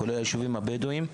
כולל היישובים הבדואים,